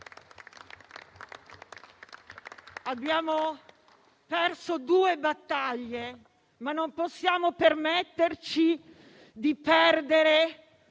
Abbiamo perso due battaglie, ma non possiamo permetterci di perdere